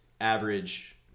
average